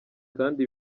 kandi